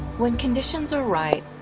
when conditions are right,